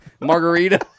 margarita